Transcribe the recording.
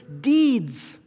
deeds